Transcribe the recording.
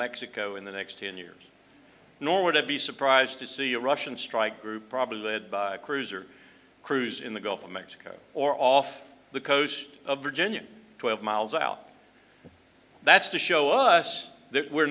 mexico in the next ten years nor would i be surprised to see a russian strike group probably led by a cruiser cruise in the gulf of mexico or off the coast of virginia twelve miles out that's to show us that we're